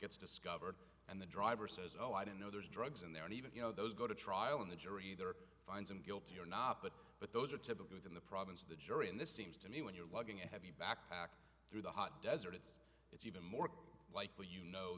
gets discovered and the driver says oh i don't know there's drugs in there and even you know those go to trial in the jury there finds him guilty or not but but those are typically in the province of the jury in this seems to me when you're looking at heavy backpack through the hot desert it's it's even more likely you know